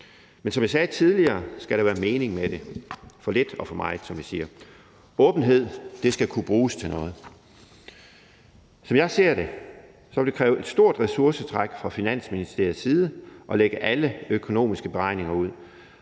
Men som jeg sagde tidligere, skal der være mening med det – for lidt og for meget, som vi siger. Åbenhed skal kunne bruges til noget. Som jeg ser det, vil det kræve et stort ressourcetræk fra Finansministeriets side at lægge alle økonomiske beregninger ud,